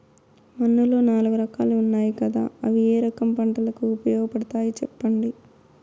మన్నులో నాలుగు రకాలు ఉన్నాయి కదా అవి ఏ రకం పంటలకు ఉపయోగపడతాయి చెప్పండి?